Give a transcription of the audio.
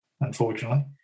unfortunately